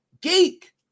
geek